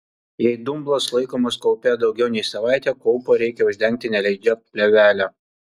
jei dumblas laikomas kaupe daugiau nei savaitę kaupą reikia uždengti nelaidžia plėvele